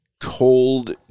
cold